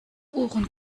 ohren